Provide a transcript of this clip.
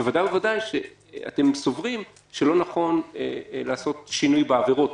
בוודאי ובוודאי כשאתם סוברים שלא נכון לעשות שינוי בעבירות,